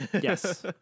yes